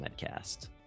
MedCast